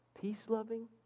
peace-loving